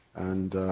and